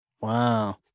Wow